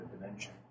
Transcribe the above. dimension